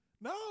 No